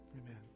Amen